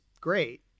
great